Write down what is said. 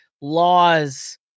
laws